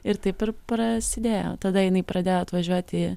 ir taip ir prasidėjo tada jinai pradėjo atvažiuoti